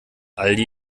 aldi